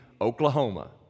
Oklahoma